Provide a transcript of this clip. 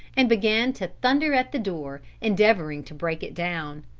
and began to thunder at the door, endeavoring to break it down.